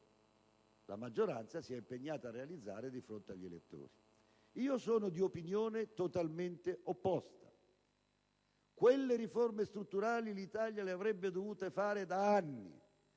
la maggioranza si è impegnata a realizzare di fronte agli elettori. Io sono di opinione totalmente opposta. Quelle riforme strutturali l'Italia le avrebbe dovute fare da anni,